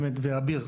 ואביר,